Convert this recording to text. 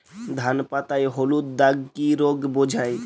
ধান পাতায় হলুদ দাগ কি রোগ বোঝায়?